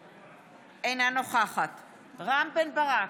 אינה נוכחת רם בן ברק,